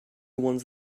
ones